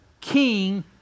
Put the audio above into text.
king